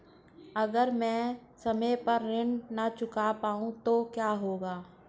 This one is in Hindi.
अगर म ैं समय पर ऋण न चुका पाउँ तो क्या होगा?